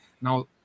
Now